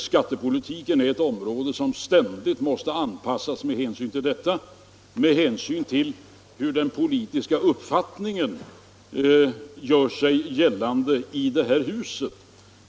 Skattepolitiken är ett område som ständigt måste anpassas med hänsyn till detta och med hänsyn till hur den politiska uppfattningen gör sig gällande i detta hus.